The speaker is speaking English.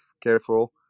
careful